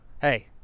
hey